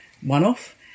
one-off